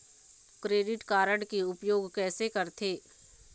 Credit card के उपयोग कैसे करथे?